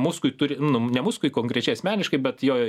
muskui turi nu ne muskui konkrečiai asmeniškai bet jo